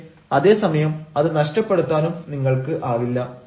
പക്ഷേ അതേ സമയം അത് നഷ്ടപ്പെടുത്താനും നിങ്ങൾക്കാവില്ല